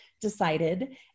decided